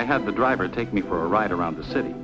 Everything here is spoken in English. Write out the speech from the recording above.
i have the driver take me for a ride around the city